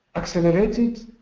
accelerated?